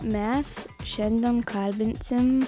mes šiandien kalbinsim